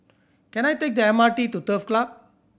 can I take the M R T to Turf Club